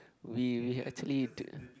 we we had acutally